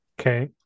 okay